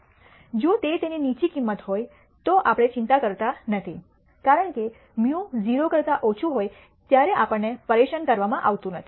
જો તેની નીચી કિંમત હોય તો આપણે ચિંતા કરતા નથી કારણ કે μ 0 કરતા ઓછું હોય ત્યારે આપણને પરેશાન કરવામાં આવતું નથી